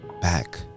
back